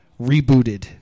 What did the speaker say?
rebooted